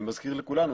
אני מזכיר לכולנו,